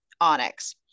Onyx